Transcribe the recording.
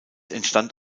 entstand